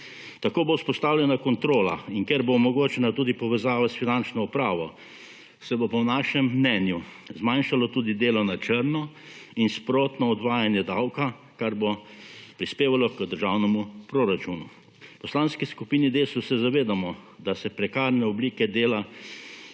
Tako bo vzpostavljena kontrola. In ker bo omogočena povezava s finančno upravo, se bo po našem mnenju zmanjšalo tudi delo na črtno in sprotno odvajanje davka, kar bo prispevalo k državnemu proračunu. V Poslanski skupini Desus se zavedamo, da so prekaren oblike dela